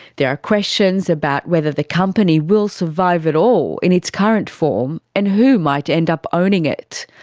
there are questions about whether the company will survive at all in its current form, and who might end up owning it.